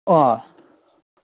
ꯑꯥ